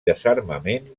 desarmament